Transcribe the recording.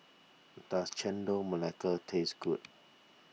does Chendol Melaka taste good